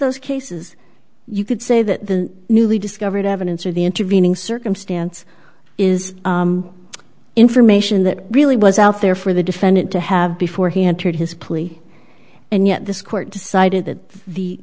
those cases you could say that the newly discovered evidence or the intervening circumstance is information that really was out there for the defendant to have before he entered his plea and yet this court decided that the